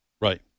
Right